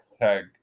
Tag